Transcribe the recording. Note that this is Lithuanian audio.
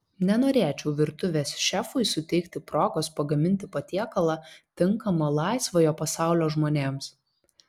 nenorėčiau virtuvės šefui suteikti progos pagaminti patiekalą tinkamą laisvojo pasaulio žmonėms